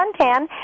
suntan